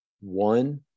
One